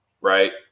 right